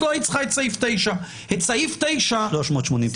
אז לא היית צריכה את סעיף 9. 380 תיקים.